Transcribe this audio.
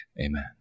amen